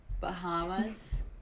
Bahamas